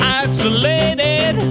isolated